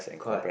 correct